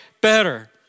better